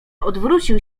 odwrócił